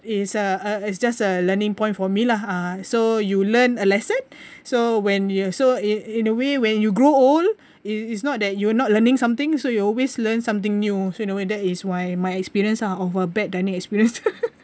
it's uh it's just a learning point for me lah so you learn a lesson so when you so in in a way when you grow old it's not that you're not learning something so you always learn something new so in a way that is why my experience ah of a bad dining experience